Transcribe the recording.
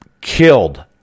killed